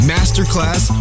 Masterclass